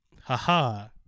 Ha-ha